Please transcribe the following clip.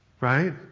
right